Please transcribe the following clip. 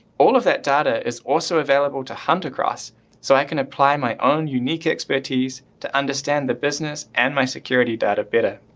all of that data is also available to hunt across so i can apply my own unique expertise to understand the business and my security data better.